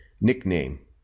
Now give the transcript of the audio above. Nickname